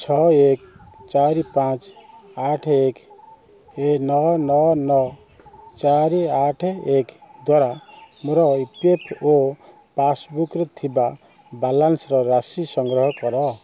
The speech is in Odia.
ଛଅ ଏକ ଚାରି ପାଞ୍ଚ ଆଠ ଏକ ନଅ ନଅ ନଅ ଚାରି ଆଠ ଏକ ଦ୍ଵାରା ମୋର ଇ ପି ଏଫ୍ ଓ ପାସ୍ବୁକ୍ରେ ଥିବା ବାଲାନ୍ସ୍ ରାଶି ସଂଗ୍ରହ କର